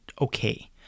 okay